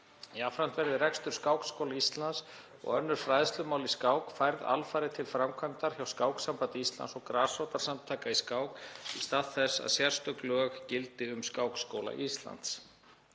Jafnframt verði rekstur Skákskóla Íslands og önnur fræðslumál í skák færð alfarið til framkvæmdar hjá Skáksambandi Íslands og grasrótarsamtökum í skák í stað þess að sérstök lög gildi um Skákskóla Íslands.